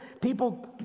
people